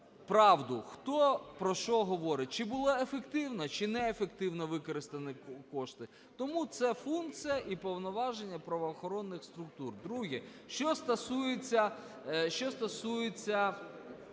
правду, хто про що говорить, чи було ефективно, чи неефективно використано кошти. Тому ця функція і повноваження правоохоронних структур. Друге. Що стосується,